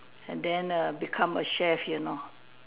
and then err become a chef you know